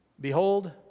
Behold